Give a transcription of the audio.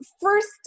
first